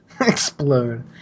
Explode